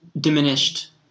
diminished